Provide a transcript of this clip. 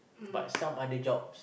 but some other jobs